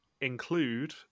include